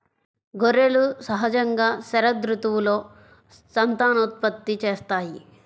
గొర్రెలు సహజంగా శరదృతువులో సంతానోత్పత్తి చేస్తాయి